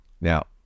Now